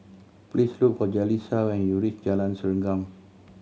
please look for Jalissa when you reach Jalan Serengam